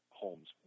homes